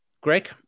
Greg